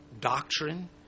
doctrine